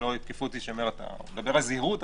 שלא יתקפו אותי שאני מדבר על זהירות,